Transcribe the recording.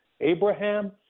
Abraham